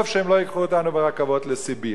טוב שהם לא ייקחו אותנו ברכבות לסיביר.